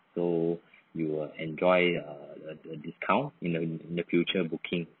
so you will enjoy a discount in the future booking